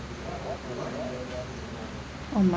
oh